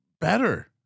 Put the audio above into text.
better